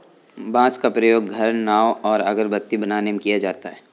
बांस का प्रयोग घर, नाव और अगरबत्ती बनाने में किया जाता है